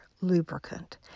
lubricant